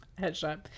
headshot